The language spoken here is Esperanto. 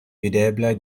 videblaj